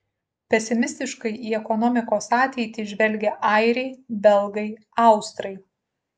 pesimistiškai į ekonomikos ateitį žvelgia airiai belgai austrai